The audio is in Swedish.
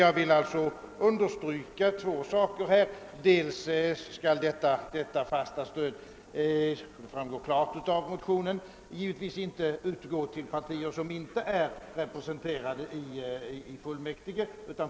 Jag vill här understryka två saker. För det första skall detta fasta stöd, såsom klart framgår av motionen, gi vetvis inte utgå till partier som inte är representerade i fullmäktige.